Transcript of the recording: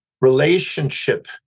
relationship